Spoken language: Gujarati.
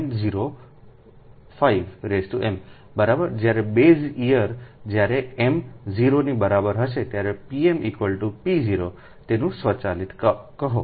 05m બરાબર જ્યારે બેઝ યર જ્યારે એમ 0 ની બરાબર હોયpm p0 તેના સ્વચાલિત કહો